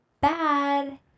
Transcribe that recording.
bad